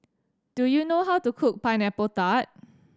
do you know how to cook Pineapple Tart